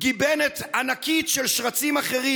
גיבנת ענקית של שרצים אחרים.